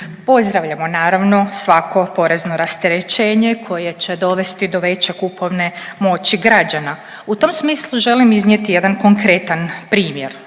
Pozdravljamo, naravno, svako porezno rasterećenje koje će dovesti do veće kupovne moći građana. U tom smislu želim iznijeti jedan konkretan primjer.